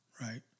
right